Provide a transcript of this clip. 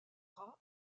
ras